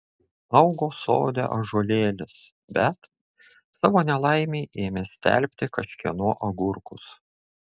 augo sode ąžuolėlis bet savo nelaimei ėmė stelbti kažkieno agurkus